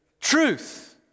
Truth